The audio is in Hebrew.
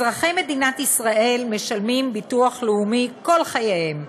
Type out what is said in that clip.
אזרחי מדינת ישראל משלמים ביטוח לאומי כל חייהם,